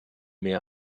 mehr